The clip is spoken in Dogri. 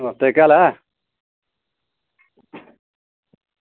नमस्ते केह् हाल ऐ